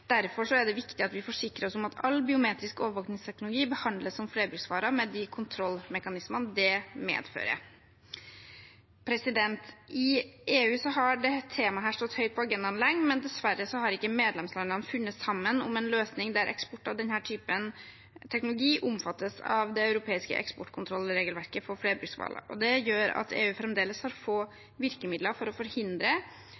er det viktig at vi forsikrer oss om at all biometrisk overvåkningsteknologi behandles som flerbruksvarer med de kontrollmekanismene det medfører. I EU har dette temaet stått høyt på agendaen lenge, men dessverre har ikke medlemslandene funnet sammen om en løsning der eksport av denne typen teknologi omfattes av det europeiske eksportkontrollregelverket for flerbruksvarer. Det gjør at EU fremdeles har